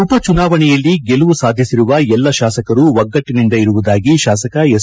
ಉಪ ಚುನಾವಣೆಯಲ್ಲಿ ಗೆಲುವು ಸಾಧಿಸಿರುವ ಎಲ್ಲ ಶಾಸಕರು ಒಗ್ಗಟ್ಟಿನಿಂದ ಇರುವುದಾಗಿ ಶಾಸಕ ಎಸ್